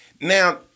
Now